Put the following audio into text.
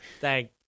Thank